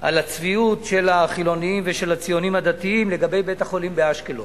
על הצביעות של החילונים ושל הציונים הדתיים לגבי בית-החולים באשקלון.